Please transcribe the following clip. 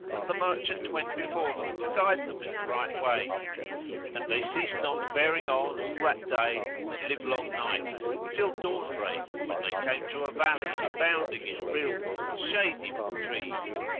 and the merchant went before them to guide them in the right way and they ceased not faring on all that day and the livelong night till dawnbreak, when they came to a valley abounding in rills and shady with trees.